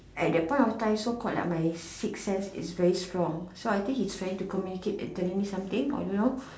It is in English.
at that point of time so called lah my sixth sense is very strong so I think he's trying to communicate or tell me something I don't know